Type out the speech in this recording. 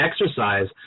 exercise